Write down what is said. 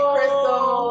Crystal